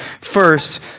First